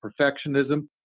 perfectionism